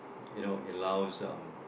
you know it allows um